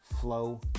flow